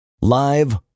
Live